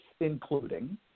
including